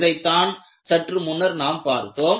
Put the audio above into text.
இதைத்தான் சற்று முன்னர் நாம் பார்த்தோம்